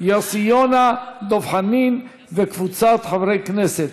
יוסי יונה, דב חנין וקבוצת חברי הכנסת.